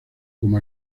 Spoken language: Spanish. como